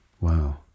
Wow